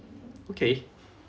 okay